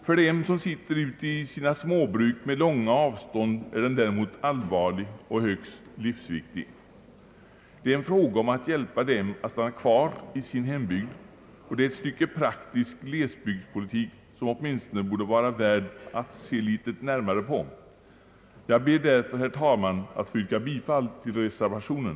För dem som sitter ute i sina småbruk med långa avstånd är den däremot allvarlig och högst livsviktig. Det är en fråga om att hjälpa dem att stanna kvar i sin hembygd, och det är ett stycke praktisk glesbygdspolitik som åtminstone borde vara värd att se litet närmare på. Jag ber därför, herr talman, att få yrka bifall till reservationen.